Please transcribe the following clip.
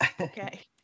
Okay